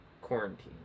Quarantine